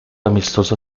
amistoso